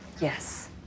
Yes